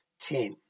ten